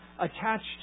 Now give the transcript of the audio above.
attached